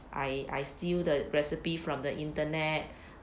I I steal the recipe from the internet